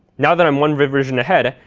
now that i'm one revision ahead,